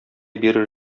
бирер